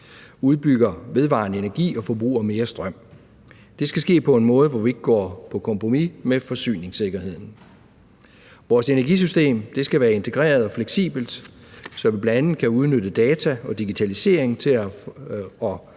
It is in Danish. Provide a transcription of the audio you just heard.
udbygger vedvarende energi og forbruger mere strøm. Det skal ske på en måde, hvor vi ikke går på kompromis med forsyningssikkerheden. Vores energisystem skal være integreret og fleksibelt, så vi bl.a. kan udnytte data og digitalisering til at